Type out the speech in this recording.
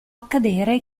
accadere